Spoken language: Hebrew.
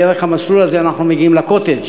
דרך המסלול הזה אנחנו מגיעים לקוטג',